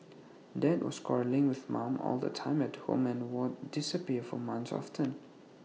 dad was quarrelling with mum all the time at home and would disappear for months often